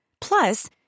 Plus